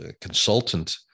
consultant